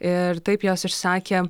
ir taip jos išsakė